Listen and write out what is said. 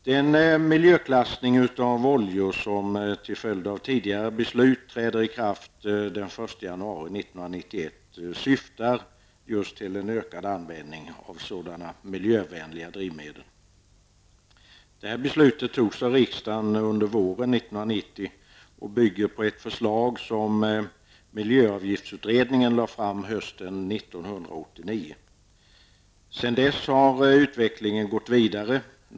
Den miljöklassning av oljor som till följd av tidigare beslut träder i kraft den 1 januari 1991 har till syfte att öka användningen av miljövänliga drivmedel. Det beslutet fattades av riksdagen under våren 1990 och bygger på ett förslag som miljöavgiftsutredningen lade fram hösten 1989. Sedan dess har utvecklingen gått framåt.